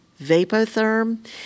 vapotherm